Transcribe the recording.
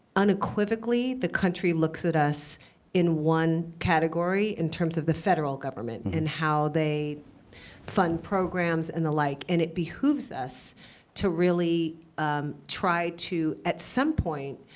unequivocally the country looks at us in one category in terms of the federal government and how they fund programs and the like. and it behooves us to really try to, at some point,